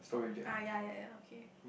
ah ya ya ya okay